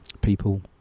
people